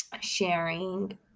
sharing